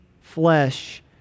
flesh